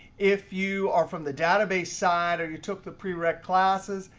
if you are from the database side or you took the pre-req classes,